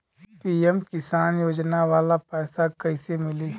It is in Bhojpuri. पी.एम किसान योजना वाला पैसा कईसे मिली?